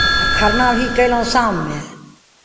आ खरना भी कयलहुँ शाममे